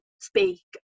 speak